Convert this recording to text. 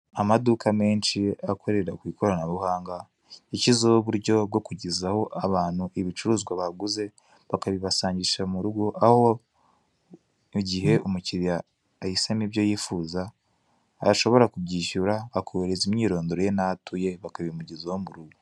Amaduka menshi akorera ku ikoranabuhanga yashyizeho uburyo bwo kugezaho abantu ibicuruzwa baguze bakabibasangisha mu rugo, aho igihe umukiriya ahisemo ibyo yifuza ashobora kubyishyura, akohereza imyirondoro ye naho atuye bakabimuhezaho murugo.